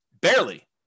Barely